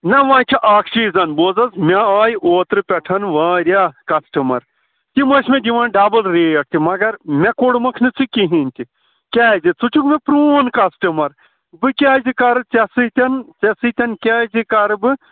نہَ وۄنۍ چھِ اَکھ چیٖز بوز حظ مےٚ آیہِ اوترٕ پٮ۪ٹھ واریاہ کَسٹمَر تِم ٲسۍ مےٚ دِوان ڈَبُل ریٹ تہِ مگر مےٚ کوٚڑمکھ نہٕ ژٕ کِہیٖنٛۍ تہِ کیٛازِ ژٕ چھُکھ مےٚ پرٛون کَسٹمَر بہٕ کیٛازِ کَرٕ ژےٚ سۭتٮ۪ن ژےٚ سۭتٮ۪ن کیٛازِ کَرٕ بہٕ